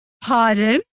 Pardon